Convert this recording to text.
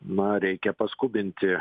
na reikia paskubinti